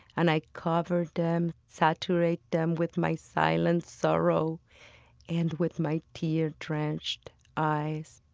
and i cover them, saturate them with my silent sorrow and with my tear-drenched eyes.